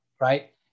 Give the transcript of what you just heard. right